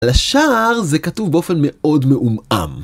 לשאר זה כתוב באופן מאוד מעומעם.